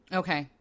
okay